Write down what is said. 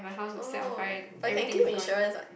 oh no but you can claim insurance [what]